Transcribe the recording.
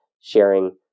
sharing